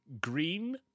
green